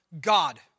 God